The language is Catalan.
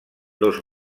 dos